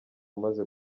umaze